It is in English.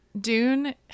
Dune